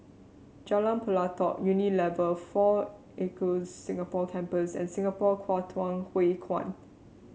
Jalan Pelatok Unilever Four Acres Singapore Campus and Singapore Kwangtung Hui Kuan